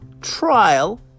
trial